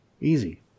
Easy